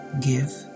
give